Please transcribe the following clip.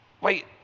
Wait